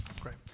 Great